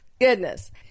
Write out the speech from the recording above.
Goodness